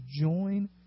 join